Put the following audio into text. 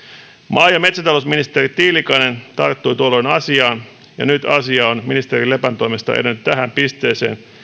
maa ja metsäta lousministeri tiilikainen tarttui tuolloin asiaan ja nyt asia on ministeri lepän toimesta edennyt tähän pisteeseen